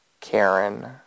Karen